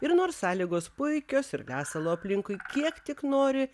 ir nors sąlygos puikios ir lesalo aplinkui kiek tik nori